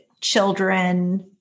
children